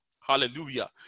Hallelujah